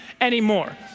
anymore